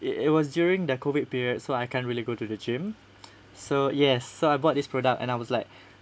it it was during the COVID period so I can't really go to the gym so yes so I bought this product and I was like